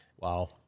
Wow